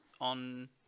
on